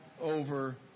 over